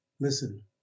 Listen